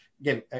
again